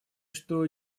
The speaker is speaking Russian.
что